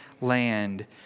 land